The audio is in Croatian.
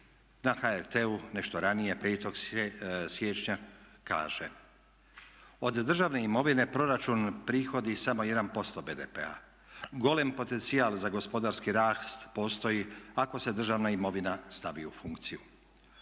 na HRT-u nešto ranije, 5. siječnja, kaže: "Od državne imovine proračun prihodi samo 1% BDP-a. Golem potencijal za gospodarski rast postoji ako se državna imovina stavi u funkciju.